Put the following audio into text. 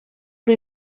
una